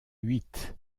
huit